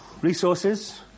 resources